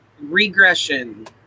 Regression